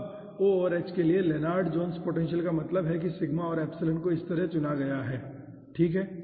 अब O और H के लिए लेनार्ड जोन्स पोटेंशियल का मतलब है कि सिग्मा और एप्सिलॉन को इस तरह चुना गया है ठीक है